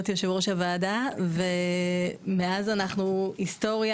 יושב ראש הוועדה ומאז אנחנו היסטוריה.